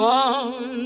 one